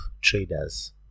traders